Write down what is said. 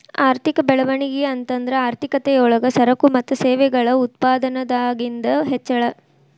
ಆರ್ಥಿಕ ಬೆಳವಣಿಗೆ ಅಂತಂದ್ರ ಆರ್ಥಿಕತೆ ಯೊಳಗ ಸರಕು ಮತ್ತ ಸೇವೆಗಳ ಉತ್ಪಾದನದಾಗಿಂದ್ ಹೆಚ್ಚಳ